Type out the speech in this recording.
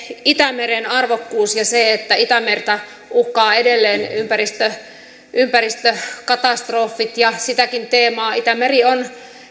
itämeren arvokkuus ja se että itämerta uhkaavat edelleen ympäristökatastrofit ja sitäkin teemaa itämeri on